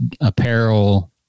apparel